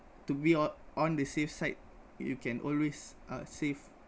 to be on on the safe side you can always uh save